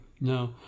No